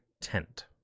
tent